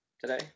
today